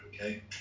okay